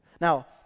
Now